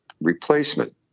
replacement